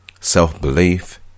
self-belief